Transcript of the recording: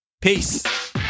Peace